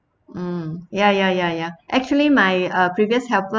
mm ya ya ya ya actually my uh previous helper